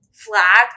flag